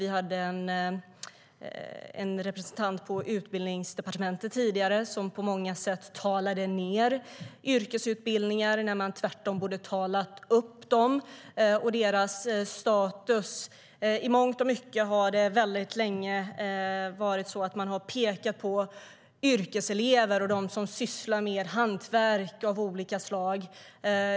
Vi hade tidigare en representant på Utbildningsdepartementet som på många sätt talade ned yrkesutbildningar när man tvärtom borde tala upp dem och deras status. I mångt och mycket har man länge pekat på yrkeselever och dem som sysslat med hantverk av olika slag.